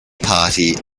party